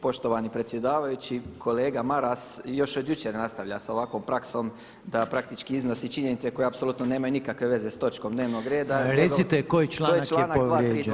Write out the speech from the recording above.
Poštovani predsjedavajući, kolega Maras još od jučer nastavlja sa ovakvom praksom da praktički iznosi činjenice koje apsolutno nemaju nikakve veze sa točkom dnevnog reda [[Upadica Reiner: Recite koji članak je povrijeđen?]] To je članak 232.